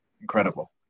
incredible